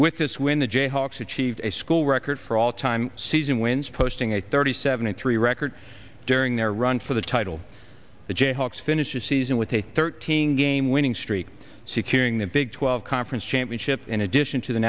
with this win the jayhawks achieved a school record for all time season wins posting a thirty seven three record during their run for the title the jayhawks finish this season with a thirteen game winning streak securing the big twelve conference championship in addition to the